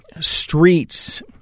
streets